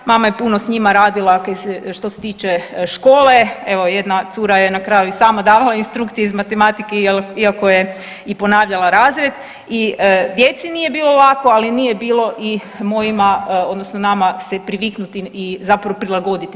Mama je puno s njima radila što se tiče škole, evo jedna cura je na kraju i sama davala instrukcije iz matematike iako je i ponavljala razred i djeci nije bilo lako, ali nije bilo i mojima odnosno nama se priviknuti i zapravo prilagoditi.